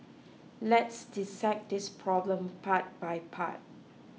let's dissect this problem part by part